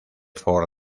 ford